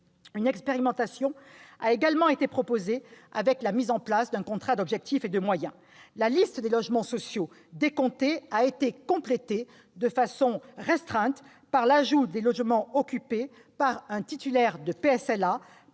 Une expérimentation a été proposée avec la mise en place d'un contrat d'objectifs et de moyens. La liste des logements sociaux décomptés a été complétée de façon restreinte par l'ajout des logements occupés par un titulaire d'un PSLA,